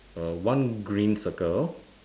err one green circle